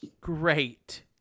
Great